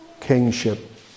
Kingship